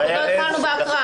עוד לא התחלנו בקריאה.